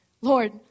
Lord